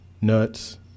nuts